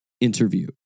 interview